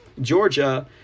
Georgia